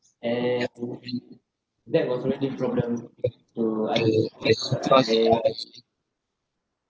and that was very give problem to